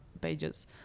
pages